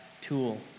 tool